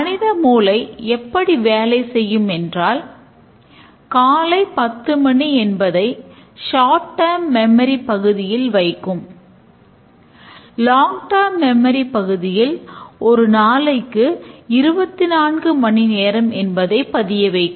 மனித மூளை எப்படி வேலை செய்யும் என்றால் காலை 10 மணி என்பதை ஷாட் ட்டாம் மெம்மரி பகுதியில் ஒரு நாளைக்கு 24 மணி நேரம் என்பதை பதிய வைக்கும்